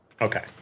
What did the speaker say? okay